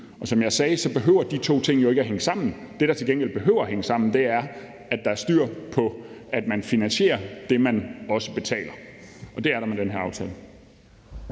og som jeg sagde, behøver de to ting jo ikke at hænge sammen. Det, der til gengæld behøver at hænge sammen, er, at der er styr på, at man finansierer det, man også betaler, og det er der med den her aftale.